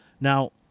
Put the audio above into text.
Now